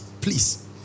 please